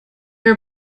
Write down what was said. were